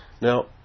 Now